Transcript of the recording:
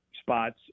spots